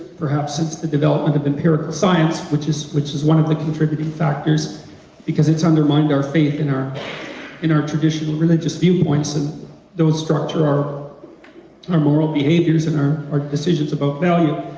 perhaps since the development of empirical science, which is which is one of the contributing factors because it's undermined our faith and and our traditional religious view points and those structure our our moral behaviors and our our decisions about value,